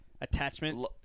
attachment